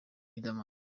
riderman